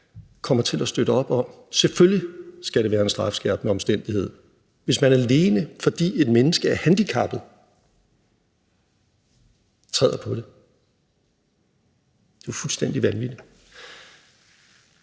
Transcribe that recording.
kommer til at støtte op om, at det selvfølgelig skal være en strafskærpende omstændighed, hvis man, alene fordi et menneske er handicappet, træder på det. Det er jo fuldstændig vanvittigt.